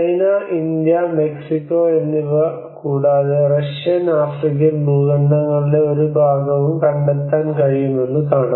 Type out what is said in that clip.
China India Mexico എന്നിവ കൂടാതെ Russian African ഭൂഖണ്ഡങ്ങളുടെ ഒരു ഭാഗവും കണ്ടെത്താൻ കഴിയുമെന്ന് കാണാം